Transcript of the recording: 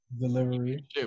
Delivery